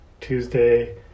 Tuesday